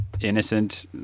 innocent